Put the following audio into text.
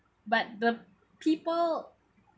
but the people